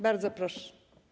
Bardzo proszę.